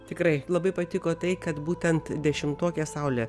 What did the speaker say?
tikrai labai patiko tai kad būtent dešimtokė saulė